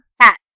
cat